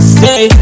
say